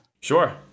Sure